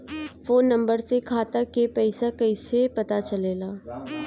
Phone number से खाता के पइसा कईसे पता चलेला?